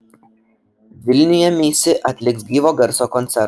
vilniuje meisi atliks gyvo garso koncertą